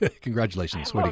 congratulations